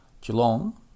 Geelong